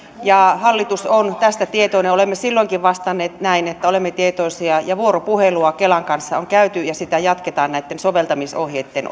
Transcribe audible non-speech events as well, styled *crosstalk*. ja hallitus on tästä tietoinen olemme silloinkin vastanneet näin että olemme tietoisia ja vuoropuhelua kelan kanssa on käyty ja sitä jatketaan näitten soveltamisohjeitten *unintelligible*